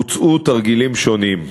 בוצעו תרגילים שונים: